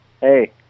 hey